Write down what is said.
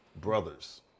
brothers